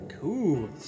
Cool